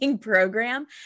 program